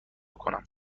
کنم